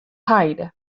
heide